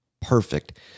Perfect